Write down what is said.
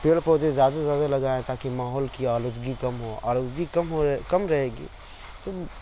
پیڑ پودے زیادہ سے زیادہ لگائیں تاکہ ماحول کی آلودگی کم ہو آلودگی کم کم رہے گی تو